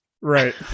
right